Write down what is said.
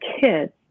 kids